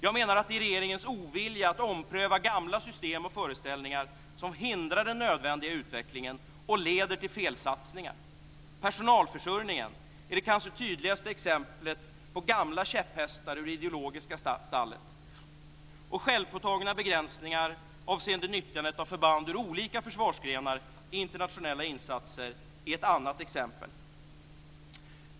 Jag menar att det är regeringens ovilja att ompröva gamla system och föreställningar som hindrar den nödvändiga utvecklingen och leder till felsatsningar. Personalförsörjningen är det kanske tydligaste exemplet på gamla käpphästar ur det ideologiska stallet. Självpåtagna begränsningar avseende nyttjandet av förband ur olika försvarsgrenar i internationella insatser är ett annat exempel.